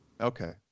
okay